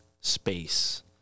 space